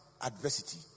adversity